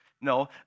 No